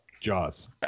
Jaws